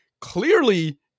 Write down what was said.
clearly